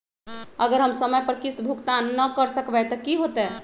अगर हम समय पर किस्त भुकतान न कर सकवै त की होतै?